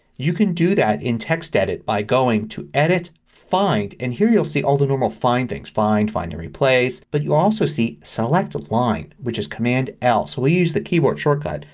you can do that in textedit by going to edit, find, and here you'll see all the normal find things. find, find and replace. but you'll also see select a line which is command l. so we'll use the keyboard shortcut,